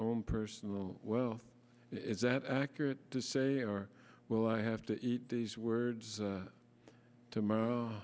own personal wealth is that accurate to say or will i have to eat these words tomorrow